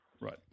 Right